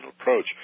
approach